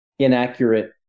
inaccurate